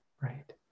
right